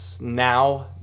now